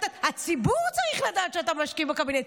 הציבור צריך לדעת שאתה משקיף בקבינט.